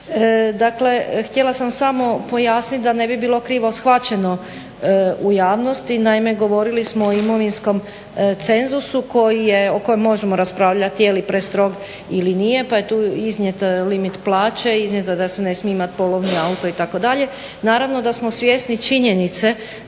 htjela sam samo pojasniti da ne bi bilo krivo shvaćeno u javnosti. Naime, govorili smo o imovinskom cenzusu o kojem možemo raspravljati je li prestrog ili nije pa je tu iznijet limit plaće, iznijeto je da se ne smije imati polovni auto itd. Naravno da smo svjesni činjenice